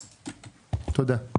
תודה.